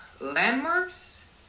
landmarks